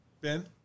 Ben